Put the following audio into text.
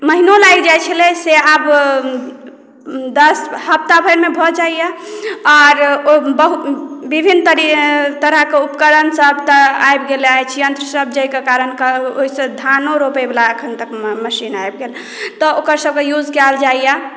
महिनो लागि जाइत छलैया से आब दस हफ्ता भरि मे भऽ जाइया आर ओ विभिन्न तरह के उपकरण सबटा आबि गेल अछि यंत्र सब जाहि के कारण ओहि सॅं धानो रोपय वला अखन तक मशीन आबि गेल तऽ ओकर सबके यूज़ कायल जाय या